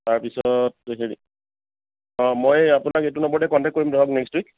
তাৰ পিছত হেৰি মই আপোনাক এইটো নম্বৰতে কন্টেক্ট কৰিম ধৰক নেক্সট উইক